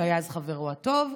שהיה אז חברו הטוב,